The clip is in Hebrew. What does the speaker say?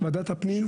ועדת הפנים.